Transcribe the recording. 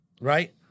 right